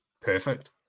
perfect